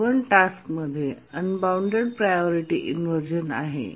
T1 टास्कमध्ये unbounded priority inversion आहे